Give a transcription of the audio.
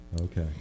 Okay